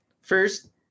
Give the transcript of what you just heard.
first